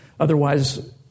Otherwise